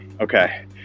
Okay